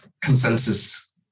consensus